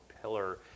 pillar